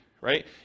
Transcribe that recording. right